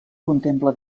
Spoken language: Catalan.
contempla